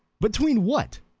between what?